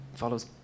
follows